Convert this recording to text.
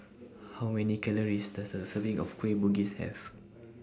How Many Calories Does A Serving of Kueh Bugis Have